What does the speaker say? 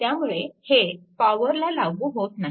त्यामुळे हे पॉवरला लागू होत नाही